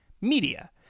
media